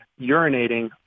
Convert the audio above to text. urinating